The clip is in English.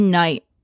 night